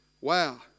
wow